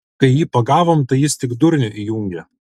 kai jį pagavom tai jis tik durnių įjungė